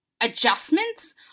adjustments